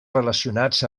relacionats